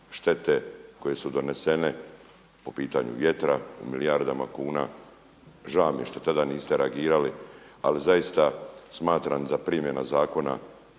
štete koje su donesene po pitanju vjetra u milijardama kuna. Žao mi je što tada niste reagirali, ali zaista smatram zar primjena zakona